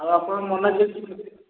ଆଉ ଆପଣ ମନା